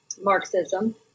Marxism